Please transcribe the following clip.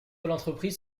l’entreprise